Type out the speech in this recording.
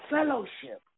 Fellowship